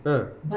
ha